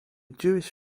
jewish